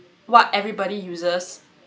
what everybody uses